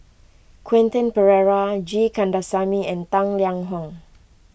Quentin Pereira G Kandasamy and Tang Liang Hong